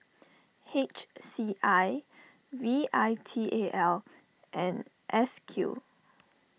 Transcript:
H C I V I T A L and S Q